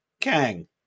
Kang